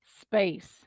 space